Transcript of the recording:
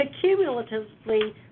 cumulatively